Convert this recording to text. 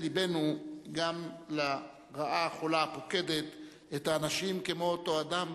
וגם בכמות הכספים המושקעים בתשתיות ובכבישים,